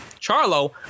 Charlo